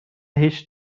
هیچ